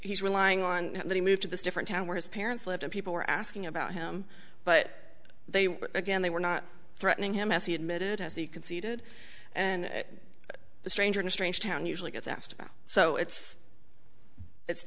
he's relying on that he moved to this different town where his parents lived and people were asking about him but they again they were not threatening him as he admitted as he conceded and the stranger in a strange town usually gets asked about so it's